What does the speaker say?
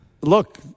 look